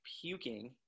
puking